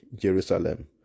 Jerusalem